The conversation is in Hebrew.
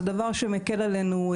זה דבר שמקל עלינו,